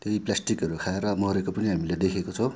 त्यही प्लास्टिकहरू खाएर मरेको पनि हामीले देखेको छौँ